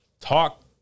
talk